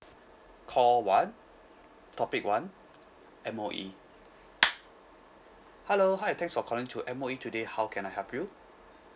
call one topic one M_O_E hello hi thanks for calling to M_O_E today how can I help you